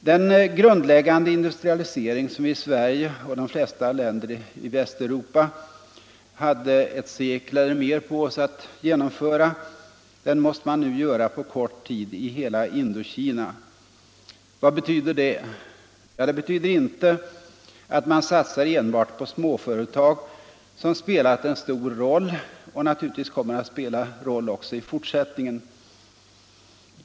Den grundläggande industrialisering som vi i Sverige och i de flesta länder i Västeuropa hade ett sekel eller mer på oss att genomföra måste nu göras på kort tid i hela Indokina. Vad betyder det? Ja, det betyder inte att man satsar enbart på småföretag, som spelat en stor roll och naturligtvis kommer att spela roll också i fortsättningen.